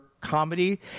comedy